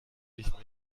ich